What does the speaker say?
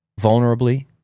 vulnerably